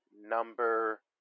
number